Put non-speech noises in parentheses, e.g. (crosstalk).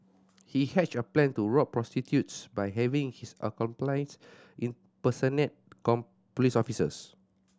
he hatched a plan to rob prostitutes by having his accomplices impersonate (unintelligible) police officers